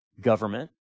Government